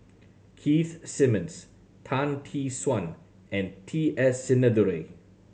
Keith Simmons Tan Tee Suan and T S Sinnathuray